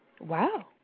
Wow